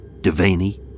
Devaney